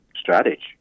strategy